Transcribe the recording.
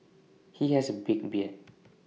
he has A big beard